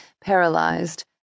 paralyzed